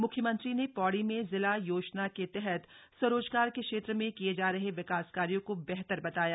मुख्यमंत्री ने पौड़ी में जिला योजना के तहत स्वरोजगार के क्षेत्र में किये जा रहे विकास कार्यो को बेहतर बताया